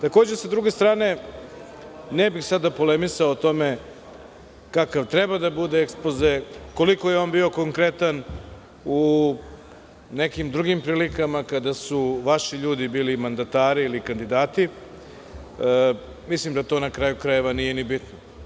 Takođe, sa druge strane ne bih sada polemisao o tome kakav treba da bude ekspoze, koliko je on bio konkretan u nekim drugim prilikama kada su vaši ljudi bili mandatari ili kandidati, mislim da na kraju krajeva to nije ni bitno.